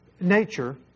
Nature